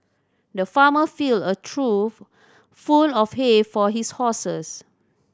the farmer filled a trough full of hay for his horses